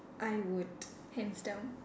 I would hands down